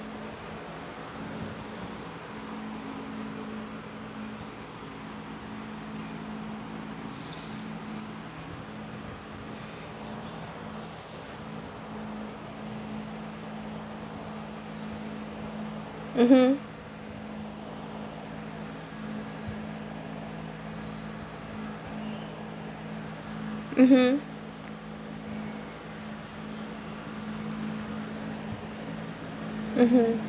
mmhmm mmhmm mmhmm